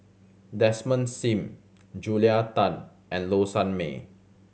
Desmond Sim Julia Tan and Low Sanmay